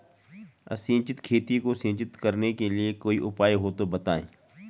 असिंचित खेती को सिंचित करने के लिए कोई उपाय हो तो बताएं?